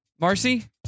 Marcy